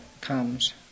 comes